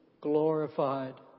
glorified